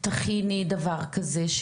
תכיני דבר כזה,